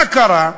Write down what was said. מה קרה?